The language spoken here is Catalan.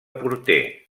porter